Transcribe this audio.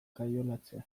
kaiolatzea